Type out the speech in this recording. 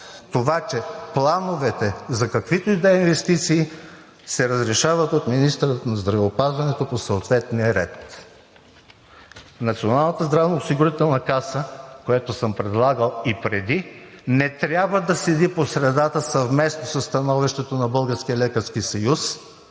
отчетени. Плановете за каквито и да е инвестиции се разрешават от министъра на здравеопазването по съответния ред. Националната здравноосигурителна каса, на която съм предлагал и преди, не трябва да седи по средата съвместно със становището на